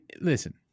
listen